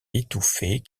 étouffée